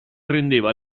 rendeva